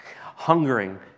hungering